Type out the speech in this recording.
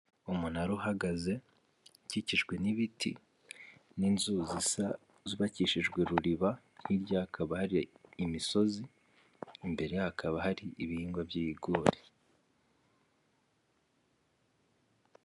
Umunara uhagaze, ukikijwe n'ibiti, n'inzu zisa zubakishijwe ruriba, hirya hakaba hari imisozi, imbere hakaba hari ibihingwa by'ibigori.